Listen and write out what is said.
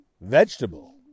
vegetable